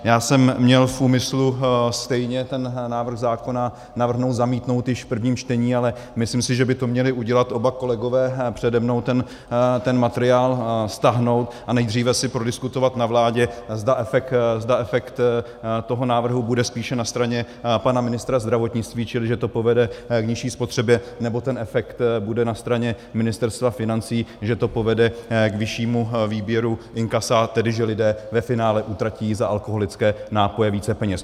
Já jsem měl v úmyslu stejně ten návrh zákona navrhnout zamítnout již v prvním čtení, ale myslím si, že by to měli udělat oba kolegové přede mnou, ten materiál stáhnout a nejdříve si prodiskutovat na vládě, zda efekt toho návrhu bude spíše na straně pana ministra zdravotnictví, čili že to povede k nižší spotřebě, nebo ten efekt bude na straně Ministerstva financí, že to povede k vyššímu výběru inkasa, tedy že lidé ve finále utratí za alkoholické nápoje více peněz.